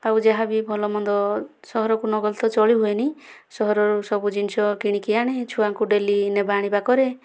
ଆଉ ଯାହା ବି ଭଲ ମନ୍ଦ ସହରକୁ ନଗଲେ ତ ଚଳି ହୁଏନି ସହରରୁ ସବୁ ଜିନିଷ କିଣିକି ଆଣେ ଛୁଆଙ୍କୁ ଡେଲି ନେବା ଆଣିବା କରେ